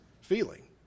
feeling